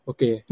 Okay